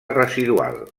residual